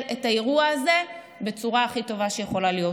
את האירוע הזה בצורה הכי טובה שיכולה להיות.